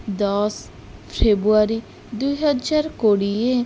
ଦଶ ଫେବୃଆରୀ ଦୁଇହଜାର କୋଡ଼ିଏ